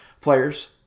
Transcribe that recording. players